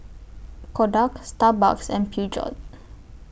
Kodak Starbucks and Peugeot